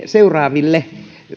seuraaville